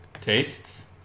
tastes